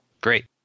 Great